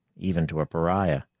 even to a pariah,